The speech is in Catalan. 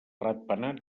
ratpenat